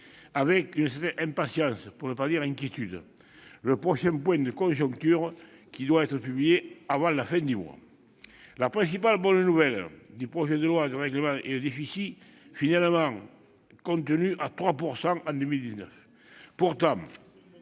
avec une certaine impatience- pour ne pas dire une certaine inquiétude -le prochain point de conjoncture, qui doit être publié avant la fin du mois. La principale bonne nouvelle du projet de loi de règlement est le déficit finalement contenu à 3 % en 2019. Si c'est